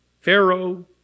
Pharaoh